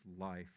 life